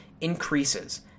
increases